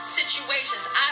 situations